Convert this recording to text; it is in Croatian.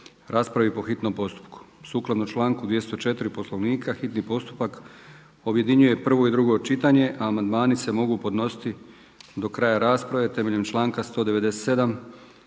raspravi po hitnom postupku, sukladno članku 204. Poslovnika, hitni postupak objedinjuje prvo i drugo čitanje, a amandmani se mogu podnositi do kraja rasprave temeljem članka 197.